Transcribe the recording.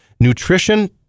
nutrition